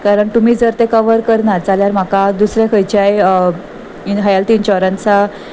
कारण तुमी जर तें कवर करना जाल्यार म्हाका दुसऱ्या खंयच्याय हेल्थ इन्शरंसा